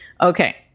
Okay